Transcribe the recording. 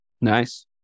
Nice